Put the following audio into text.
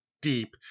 deep